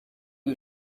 you